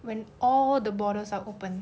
when all the borders are open